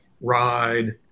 ride